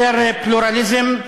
יותר פלורליזם,